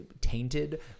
tainted